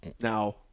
Now